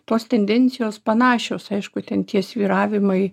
tos tendencijos panašios aišku ten tie svyravimai